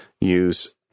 use